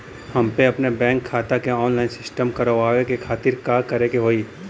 हमके अपने बैंक खाता के ऑनलाइन सिस्टम करवावे के खातिर का करे के होई?